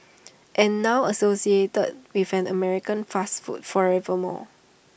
and now associated with an American fast food forever more